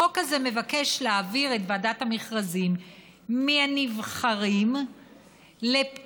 החוק הזה מבקש להעביר את ועדת המכרזים מהנבחרים לפקידים,